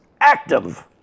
active